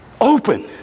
open